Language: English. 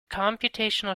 computational